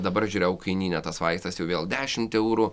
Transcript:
dabar žiūrėjau kainyne tas vaistas jau vėl dešimt eurų